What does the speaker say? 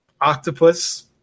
octopus